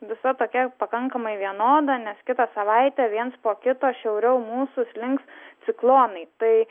visa tokia pakankamai vienoda nes kitą savaitę viens po kito šiauriau mūsų slinks ciklonai tai